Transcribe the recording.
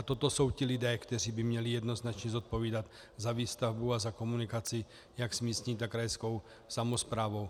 Toto jsou ti lidé, kteří by měli jednoznačně zodpovídat za výstavbu a za komunikaci jak s místní, tak s krajskou samosprávou.